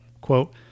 Quote